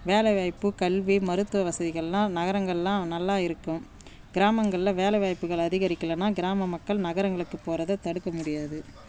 வேலைவாய்ப்பு கல்வி மருத்துவ வசதிகள்லாம் நகரங்கள்லலாம் நல்லா இருக்கும் கிராமங்களில் வேலைவாய்ப்புகள் அதிகரிக்கலைன்னா கிராம மக்கள் நகரங்களுக்கு போகிறத தடுக்க முடியாது